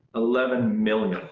eleven million.